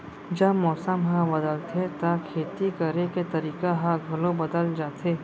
जब मौसम ह बदलथे त खेती करे के तरीका ह घलो बदल जथे?